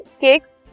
cakes